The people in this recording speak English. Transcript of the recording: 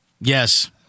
Yes